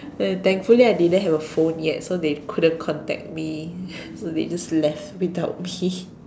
then thankfully I didn't have a phone yet so they couldn't contact me so they just left without me